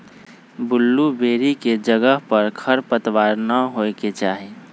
blueberry के जगह पर खरपतवार न होए के चाहि